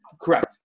Correct